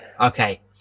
Okay